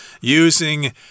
using